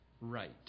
right